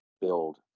build